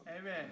Amen